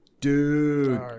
Dude